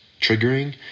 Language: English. triggering